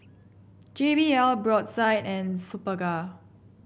J B L Brotzeit and Superga